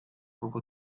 poco